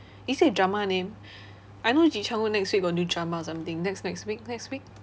is that a drama name I know ji chang wook next week got new drama or something next next week next week